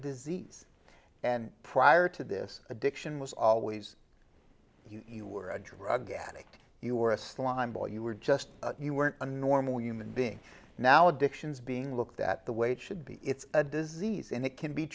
disease and prior to this addiction was always you were a drug addict you were a slimeball you were just you weren't a normal human being now addictions being looked at the way it should be it's a disease and it can be